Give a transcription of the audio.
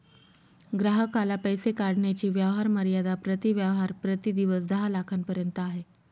ग्राहकाला पैसे काढण्याची व्यवहार मर्यादा प्रति व्यवहार प्रति दिवस दहा लाखांपर्यंत आहे